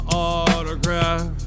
autograph